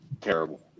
terrible